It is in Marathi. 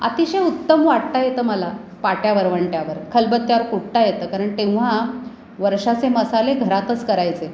अतिशय उत्तम वाटता येतं मला पाट्यावर वरवंट्यावर खलबत्त्यावर कुटता येतं कारण तेव्हा वर्षाचे मसाले घरातच करायचे